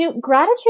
gratitude